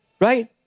right